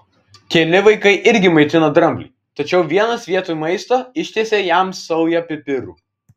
keli vaikai irgi maitino dramblį tačiau vienas vietoj maisto ištiesė jam saują pipirų